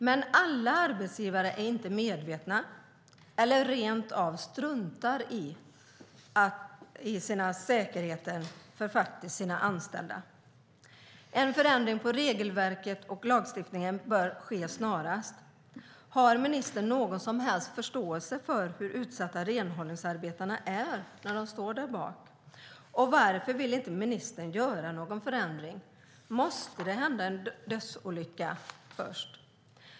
Men alla arbetsgivare är inte medvetna om, eller struntar rent av i, säkerheten för sina anställda. En förändring av regelverket och lagstiftningen bör ske snarast. Har ministern någon som helst förståelse för hur utsatta renhållningsarbetarna är när de står därbak? Varför vill inte ministern göra någon förändring? Måste det hända en dödsolycka först?